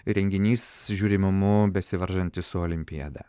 renginys žiūrimumu besivaržantis su olimpiada